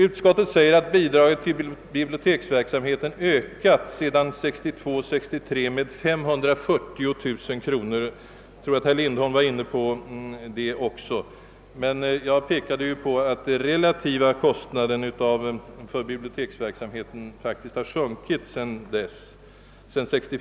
Utskottet säger att bidraget till biblioteksverksamheten sedan 1962/63 ökat med 540 000 kronor; jag tror att även herr Lindholm var inne på den saken. Jag har emellertid påpekat att bidraget till biblioteksverksamheten sedan 1964 relativt sett har sjunkit.